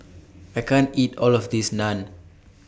I can't eat All of This Naan